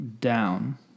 down